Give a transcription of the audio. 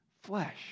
flesh